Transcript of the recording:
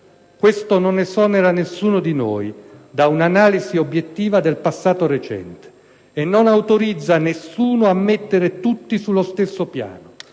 questo non esonera nessuno di noi da un'analisi obiettiva del passato recente; e non autorizza nessuno a mettere tutti sullo stesso piano